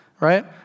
right